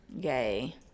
gay